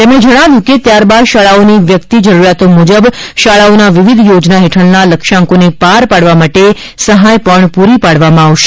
તેમણે જણાવ્યું હતું કે ત્યારબાદ શાળાઓની વ્યક્તિ જરૂરિયાતો મુજબ શાળાઓના વિવિધ યોજના હેઠળના લક્ષ્યાંકોને પાર પાડવા માટે સહાય પણ પૂરી પાડવામાં આવશે